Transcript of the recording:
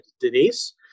Denise